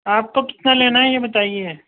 آپ کو کتنا لینا ہے یہ بتائیے